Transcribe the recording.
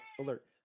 alert